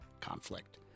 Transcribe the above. conflict